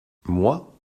moi